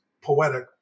poetic